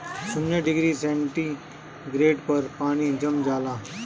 शून्य degree centigrade पर पानी जम जाला